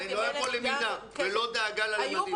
לא היה פה למידה ולא דאגה לילדים.